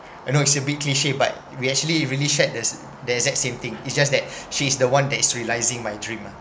I know it's a bit cliche but we actually really shared there's the exact same thing it's just that she's the one that's realising my dream ah